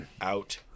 out